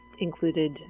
included